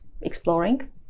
exploring